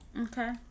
okay